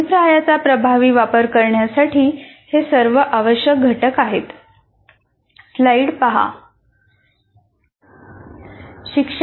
अभिप्रायाचा प्रभावी वापर करण्यासाठी हे सर्व आवश्यक घटक आहेत